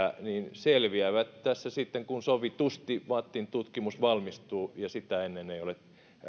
selviävät tässä sitten kun sovitusti vattin tutkimus valmistuu ja sitä ennen ei ole